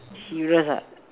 serious ah